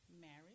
marriage